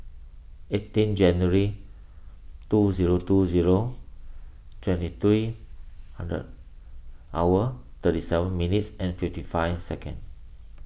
eighteen January two zero two zero twenty three hundred hour thirty seven minutes and fifty five second